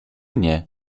nie